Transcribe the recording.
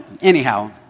anyhow